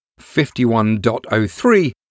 51.03